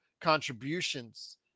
contributions